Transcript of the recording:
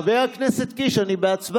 חבר הכנסת קיש, אני בהצבעה.